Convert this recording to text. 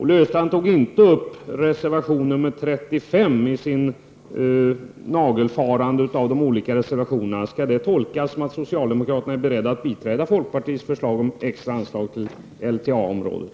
I sitt nagelfarande av reservationerna tog Olle Östrand inte upp reservation 35. Skall det tolkas som att socialdemokraterna är beredda att biträda folkpartiets förslag om extra anslag till LTA-området?